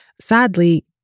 sadly